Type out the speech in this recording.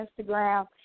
Instagram